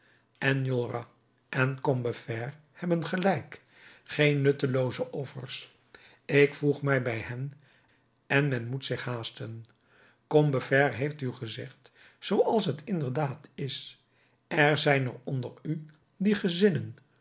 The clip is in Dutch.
enjolras en combeferre hebben gelijk geen nuttelooze offers ik voeg mij bij hen en men moet zich haasten combeferre heeft u gezegd zooals het inderdaad is er zijn er onder u die gezinnen